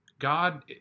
God